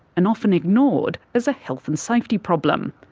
and often ignored as a health and safety problem.